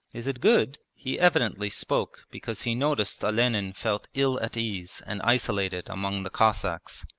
is it good he evidently spoke because he noticed olenin felt ill at ease and isolated among the cossacks.